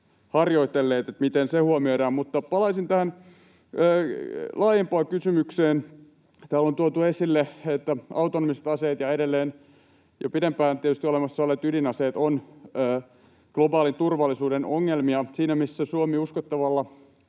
harjoitelleet. Mutta palaisin tähän laajempaan kysymykseen. Täällä on tuotu esille, että autonomiset aseet ja edelleen jo pidempään tietysti olemassa olleet ydinaseet ovat globaalin turvallisuuden ongelmia. Siinä, missä Suomi uskottavalla